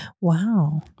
Wow